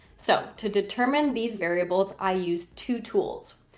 so to determine these variables, i use two tools,